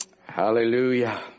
Hallelujah